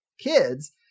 kids